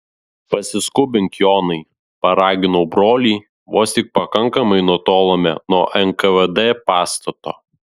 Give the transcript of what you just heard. pasiskubink jonai paraginau brolį vos tik pakankamai nutolome nuo nkvd pastato